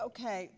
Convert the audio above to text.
Okay